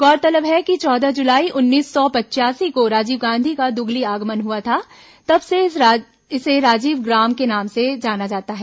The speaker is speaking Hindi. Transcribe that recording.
गौरतलब है कि चौदह जुलाई उन्नीस सौ पचयासी को राजीव गांधी का दुगली आगमन हुआ था तब से इसे राजीव ग्राम के नाम से भी जाना जाता है